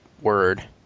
Word